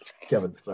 Kevin